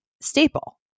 staple